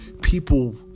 people